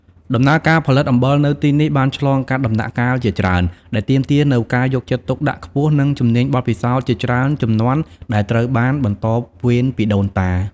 ដំណើរការផលិតអំបិលនៅទីនេះបានឆ្លងកាត់ដំណាក់កាលជាច្រើន ដែលទាមទារនូវការយកចិត្តទុកដាក់ខ្ពស់និងជំនាញបទពិសោធន៍ជាច្រើនជំនាន់ដែលត្រូវបានបន្តវេនពីដូនតា។